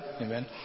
amen